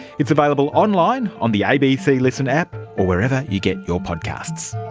it's available online, on the abc listen app or wherever you get your podcasts.